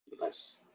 Nice